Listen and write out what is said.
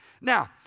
Now